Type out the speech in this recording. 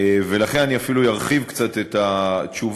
ולכן אני אפילו ארחיב קצת את התשובה,